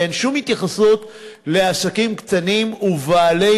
ואין שום התייחסות לעסקים קטנים ובעלי